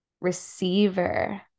receiver